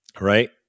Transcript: right